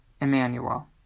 Emmanuel